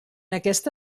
aquesta